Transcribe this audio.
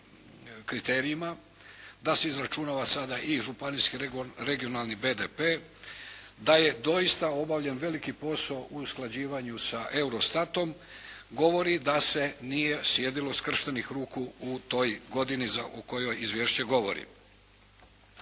kriterijima, da se izračunava sada i županijski regionalni BDP, da je doista obavljen veliki posao u usklađivanju sa EUROSTAT-om govori da se nije sjedilo skrštenih ruku u toj godini o kojoj izvješće govori.